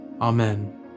Amen